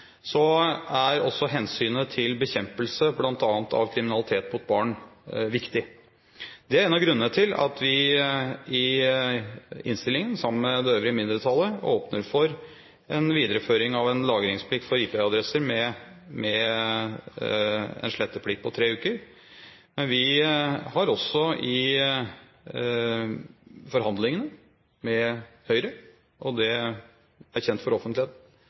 Så er det helt riktig som representanten Haugli sier, at i argumentasjonen for en del av tiltakene som følge av datalagringsdirektivet er også hensynet til bekjempelse bl.a. av kriminalitet mot barn viktig. Det er en av grunnene til at vi i innstillingen, sammen med det øvrige mindretallet, åpner for en videreføring av en lagringsplikt for IP-adresser med en sletteplikt på tre uker. Men vi har også i